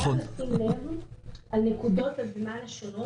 חייבים לשים לב על נקודות הזמן השונות